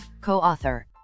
co-author